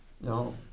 No